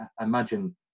imagine